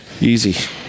easy